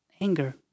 anger